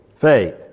faith